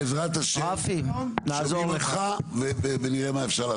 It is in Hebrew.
בעזרת ה', שומעים אותך ונראה מה אפשר לעשות.